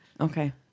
Okay